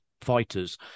fighters